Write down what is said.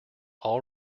all